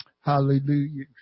Hallelujah